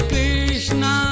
Krishna